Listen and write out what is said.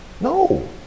no